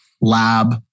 lab